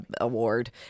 award